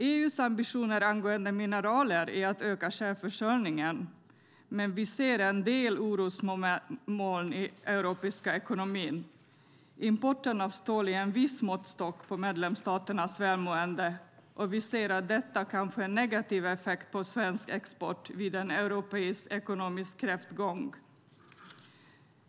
EU:s ambitioner angående mineraler är att öka självförsörjningen, men vi ser en del orosmoln i den europeiska ekonomin. Importen av stål är en viss måttstock på medlemsstaters välmående, och vi ser att detta kan få negativ effekt på svensk export vid en europeisk ekonomisk kräftgång.